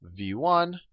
v1